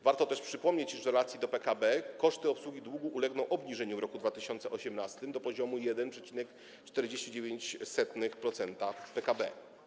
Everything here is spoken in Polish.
Warto też przypomnieć, iż w relacji do PKB koszty obsługi długu ulegną obniżeniu w roku 2018 do poziomu 1,49% PKB.